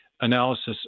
analysis